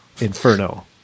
Inferno